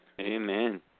Amen